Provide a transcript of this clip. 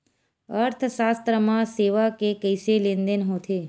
अर्थशास्त्र मा सेवा के कइसे लेनदेन होथे?